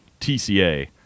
TCA